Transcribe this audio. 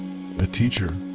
a teacher.